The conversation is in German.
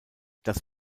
das